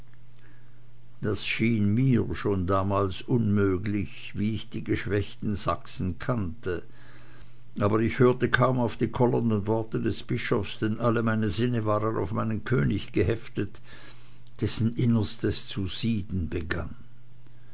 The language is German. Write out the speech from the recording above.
das schien mir schon damals unmöglich wie ich die geschwächten sachsen kannte aber ich hörte kaum auf die kollernden worte des bischofs denn alle meine sinne waren auf meinen könig geheftet dessen innerstes zu sieden begann